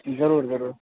ضرور ضرور